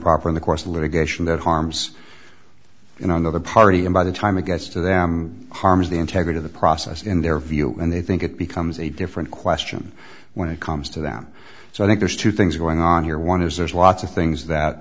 improper in the course of litigation that harms you know another party and by the time it gets to them harms the integrity of the process in their view and they think it becomes a different question when it comes to them so i think there's two things going on here one is there's lots of things that